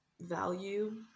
value